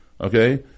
okay